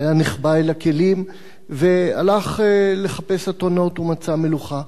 והיה נחבא אל הכלים והלך לחפש אתונות ומצא מלוכה.